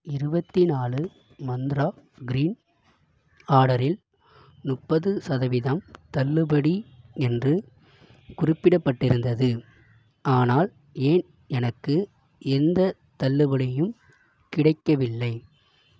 இருபத்தி நாலு Myntra green ஆர்டரில் முப்பது சதவீதம் தள்ளுபடி என்று குறிப்பிடப்பட்டிருந்தது ஆனால் ஏன் எனக்கு எந்தத் தள்ளுபடியும் கிடைக்கவில்லை